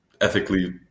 ethically